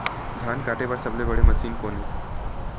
धान काटे बार सबले बने मशीन कोन हे?